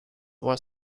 were